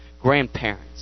grandparents